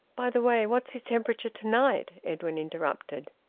by the way, what's his temperature to-night? edwin interrupted.